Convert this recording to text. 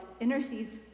intercedes